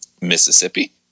Mississippi